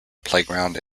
playground